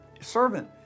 servant